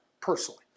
personally